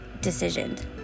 decisions